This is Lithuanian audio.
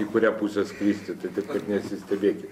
į kurią pusę skristi tai taip kad nesistebėkit